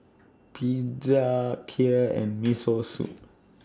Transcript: Pizza Kheer and Miso Soup